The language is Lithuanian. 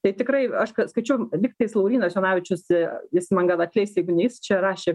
tai tikrai aš ką skaičiau liktais laurynas jonavičius jis man gal atleis jeigu ne jis čia rašė